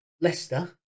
Leicester